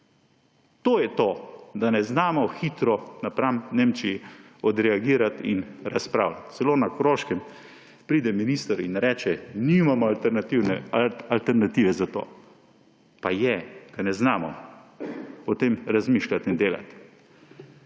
To je to, da ne znamo hitro napram Nemčiji odreagirati in razpravljati. Celo na Koroškem pride minister in reče, da nimamo alternative za to. Pa je, ker ne znamo o tem razmišljati in delati.